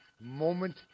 moment